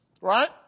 right